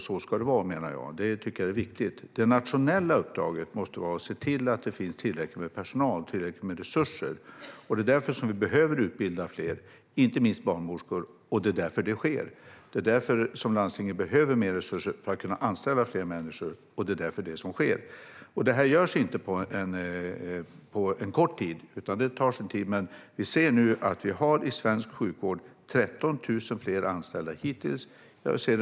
Så ska det vara, menar jag. Detta tycker jag är viktigt. Det nationella uppdraget måste vara att se till att det finns tillräckligt med personal och resurser. Det är därför vi behöver utbilda fler, inte minst barnmorskor, vilket också sker. Och det är därför landstingen behöver mer resurser, för att kunna anställa fler människor, vilket också sker. Detta görs inte på kort tid, utan det tar sin tid. Men vi ser nu att vi i svensk sjukvård har 13 000 fler anställda hittills.